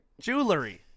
Jewelry